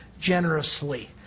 generously